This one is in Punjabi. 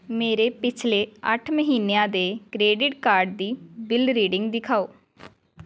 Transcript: ਮੇਰੇ ਪਿਛਲੇ ਅੱਠ ਮਹੀਨਿਆਂ ਦੇ ਕਰੇਡਿਟ ਕਾਰਡ ਦੀ ਬਿਲ ਰੀਡਿੰਗ ਦਿਖਾਓ